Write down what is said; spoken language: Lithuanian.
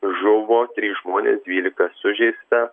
žuvo trys žmonės dvylika sužeista